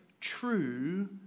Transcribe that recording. true